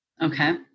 Okay